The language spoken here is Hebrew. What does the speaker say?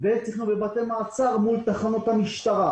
וצריכים להיות בבתי מעצר מול תחנות המשטרה.